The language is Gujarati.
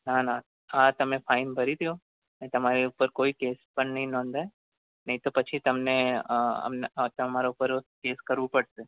ના ના આ તમે ફાઇન ભરી દો અને તમારા ઉપર કોઈ કેશ પણ નહીં નોંધાય નહીં તો પછી તમને તમારા ઉપર કેશ કરવો પડશે